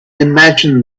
imagine